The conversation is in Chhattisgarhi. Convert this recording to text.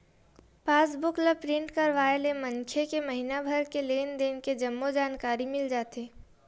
पास बुक ल प्रिंट करवाय ले मनखे के महिना भर के लेन देन के जम्मो जानकारी मिल जाथे